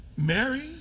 Mary